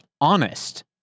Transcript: honest